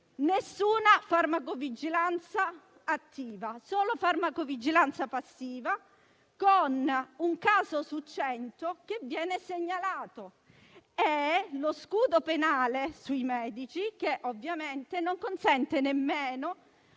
alcuna farmacovigilanza attiva: vi sono solo farmacovigilanza passiva, con un caso su 100 che viene segnalato, e lo scudo penale sui medici che ovviamente non consente nemmeno